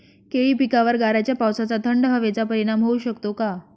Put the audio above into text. केळी पिकावर गाराच्या पावसाचा, थंड हवेचा परिणाम होऊ शकतो का?